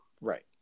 right